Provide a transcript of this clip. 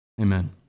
Amen